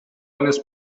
eines